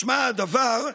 משמע הדבר,